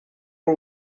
are